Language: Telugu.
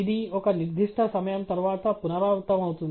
ఇది ఒక నిర్దిష్ట సమయం తరువాత పునరావృతమవుతుంది